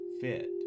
fit